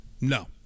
No